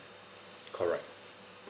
correct